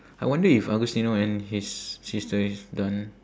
I wonder if agustino and his sister is done